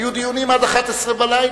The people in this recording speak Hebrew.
היו דיונים עד השעה 23:00,